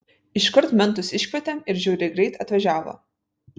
iškart mentus iškvietėm ir žiauriai greit atvažiavo